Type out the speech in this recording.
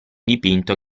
dipinto